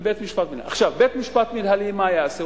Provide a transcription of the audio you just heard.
עכשיו, בית-משפט מינהלי, מה יעשה?